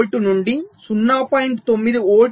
4 volt నుండి 0